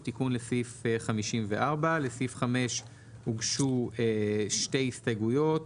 הוא תיקון לסעיף 54. לסעיף 5 הוגשו שתי הסתייגויות,